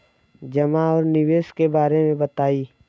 जमा और निवेश के बारे मे बतायी?